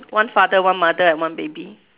one father one mother and one baby